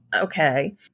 okay